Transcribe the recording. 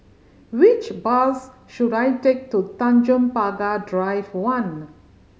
which bus should I take to Tanjong Pagar Drive One